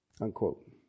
Unquote